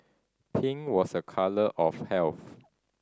pink was a colour of health